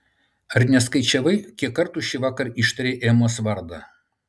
ar neskaičiavai kiek kartų šįvakar ištarei emos vardą